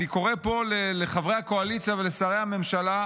אני קורא פה לחברי הקואליציה ולשרי הממשלה: